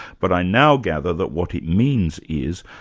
but i now gather that what it means is,